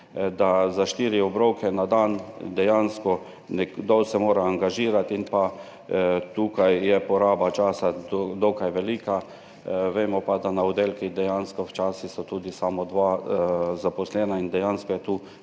mora za štiri obroke na dan dejansko nekdo angažirati. In tu je poraba časa dokaj velika. Vemo pa, da na oddelkih dejansko včasih sta tudi samo dva zaposlena in dejansko tu